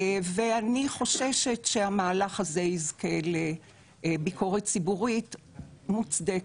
ואני חוששת שהמהלך הזה יזכה לביקורת ציבורית מוצדקת.